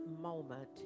moment